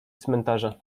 cmentarza